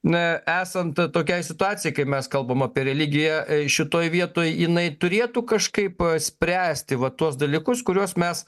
na esant tokiai situacijai kaip mes kalbam apie religiją šitoj vietoj jinai turėtų kažkaip spręsti va tuos dalykus kuriuos mes